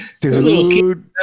Dude